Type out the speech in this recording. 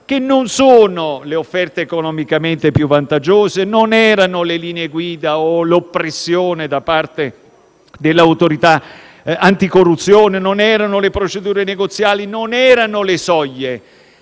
e non sono le offerte economicamente più vantaggiose. Quindi, non erano le linee guida o l'oppressione da parte dell'Autorità anticorruzione; non erano le procedure negoziali o le soglie.